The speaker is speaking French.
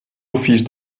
office